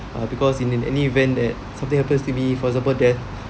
because in any event that something happens to me for example death